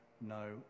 no